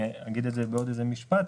אני אגיד את זה בעוד משפט,